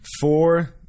four